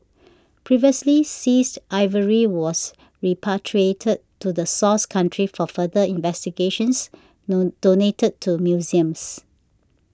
previously seized ivory was repatriated to the source country for further investigations though donated to museums